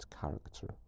character